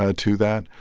ah to that.